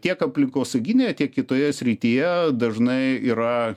tiek aplinkosauginėje tiek kitoje srityje dažnai yra